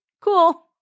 Cool